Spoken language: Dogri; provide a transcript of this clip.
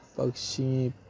पक्षी